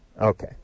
Okay